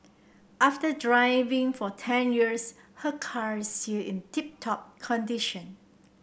after driving for ten years her car is still in tip top condition